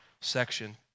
section